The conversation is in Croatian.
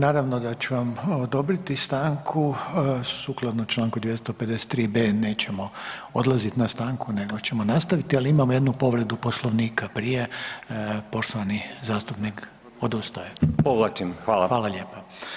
Naravno da ću vam odobriti stanku, sukladno čl. 253. b) nećemo odlaziti na stanku nego ćemo nastaviti ali imamo jednu povredu Poslovnika prije, poštovani zastupnik, odustao je [[Upadica: Povlačim, hvala.]] Hvala lijepo.